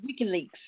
WikiLeaks